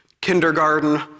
kindergarten